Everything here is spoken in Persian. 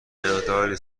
مقداری